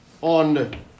on